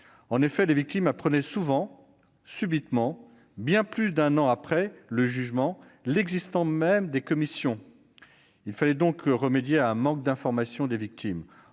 En effet, les victimes apprenaient souvent subitement, bien plus d'un an après le jugement, l'existence même de la commission. Il fallait donc remédier à ce manque d'information des victimes.